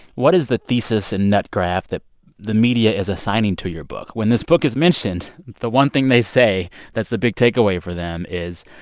what is the thesis and nut graph that the media is assigning to your book? when this book is mentioned, the one thing they say that's the big takeaway for them is,